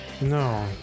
no